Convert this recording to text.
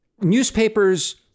Newspapers